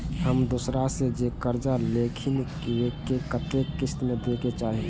हम दोसरा से जे कर्जा लेलखिन वे के कतेक किस्त में दे के चाही?